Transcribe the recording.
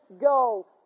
go